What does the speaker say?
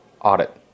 Audit